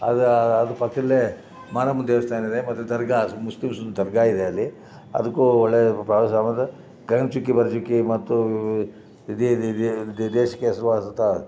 ಅದು ಅದು ಪಕ್ಕದಲ್ಲೇ ಮಾರಮ್ಮನ ದೇವಸ್ಥಾನ ಇದೆ ಮತ್ತು ದರ್ಗಾ ಮುಸ್ಲಿಮ್ಸಿನ ದರ್ಗಾ ಇದೆ ಅಲ್ಲಿ ಅದಕ್ಕೂ ಒಳ್ಳೆಯ ಬಹಳ ಜನ ಬಂದಾರ ಗಗನ ಚುಕ್ಕಿ ಭರ ಚುಕ್ಕಿ ಮತ್ತು ಇದೇನಿದು ಇದೇನಿದು ದೇಶಕ್ಕೆ ಹೆಸ್ರುವಾಸಿ ಆದಂಥ